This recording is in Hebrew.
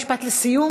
משפט לסיום.